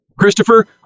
Christopher